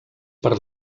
per